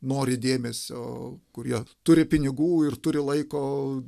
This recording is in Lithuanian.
nori dėmesio kurie turi pinigų ir turi laiko